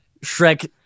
Shrek